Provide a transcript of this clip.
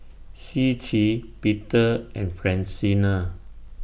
Ciji Peter and Francina